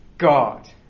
God